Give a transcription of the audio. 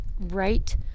right